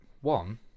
one